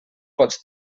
pots